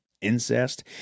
incest